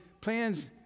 plans